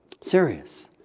Serious